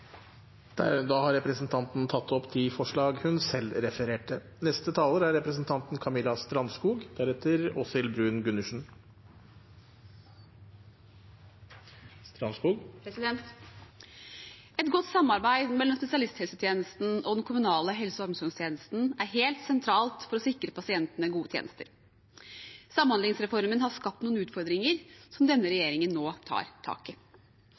de forslagene hun refererte til. Et godt samarbeid mellom spesialisthelsetjenesten og den kommunale helse- og omsorgstjenesten er helt sentralt for å sikre pasientene gode tjenester. Samhandlingsreformen har skapt noen utfordringen som denne regjeringen nå tar tak i.